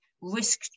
risk